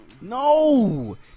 No